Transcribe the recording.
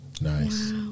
Nice